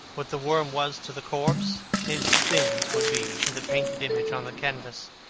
what the worm was to the corpse, his sins would be to the painted image on the canvas.